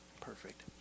perfect